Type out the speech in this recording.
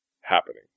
happening